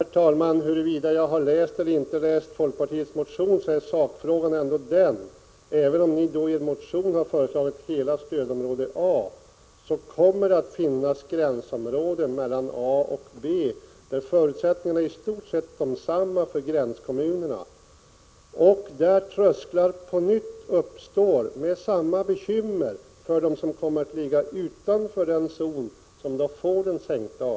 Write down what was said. Herr talman! Vare sig jag har läst folkpartiets motion eller inte är sakfrågan ändå den, att även om förslaget i er motion avser hela stödområde A kommer det att finnas gränsområden mellan A och B, där förutsättningarnaäristort sett desamma för gränskommunerna och trösklar på nytt uppstår med samma bekymmer för dem som kommer att ligga utanför den zon där avgiften sänks.